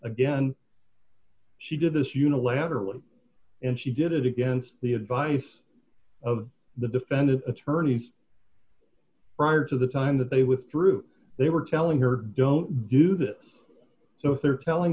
again she did this unilaterally and she did it against the advice of the defendant attorneys prior to the time that they withdrew they were telling her don't do this so if they're telling